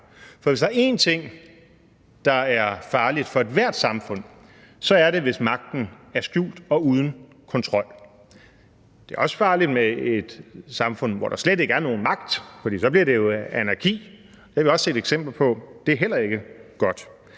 For hvis der er én ting, der er farligt for ethvert samfund, så er det, hvis magten er skjult og uden for kontrol. Det er også farligt med et samfund, hvor der slet ikke er nogen magt, for så bliver det jo anarki. Det har vi også set eksempler på, og det er heller ikke godt.